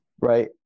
right